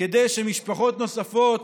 כדי שמשפחות נוספות